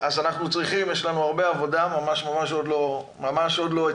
יש לנו הרבה עבודה, ממש עוד לא התחלנו,